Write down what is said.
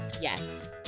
Yes